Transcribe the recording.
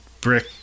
brick